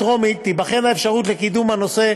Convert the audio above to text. צריכים פה סמכות פלילית.